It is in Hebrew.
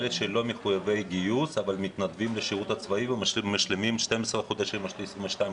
אלו שהם לא מחויבי גיוס ומתנדבים לשירות צבאי ומשלימים 12 או 22 חודשים,